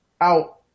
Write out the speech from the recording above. out